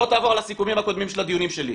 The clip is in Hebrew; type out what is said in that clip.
בוא תעבור על הסיכומים הקודמים של הדיונים שלי,